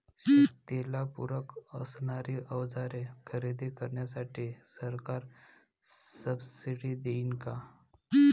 शेतीला पूरक असणारी अवजारे खरेदी करण्यासाठी सरकार सब्सिडी देईन का?